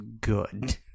good